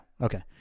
Okay